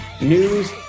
news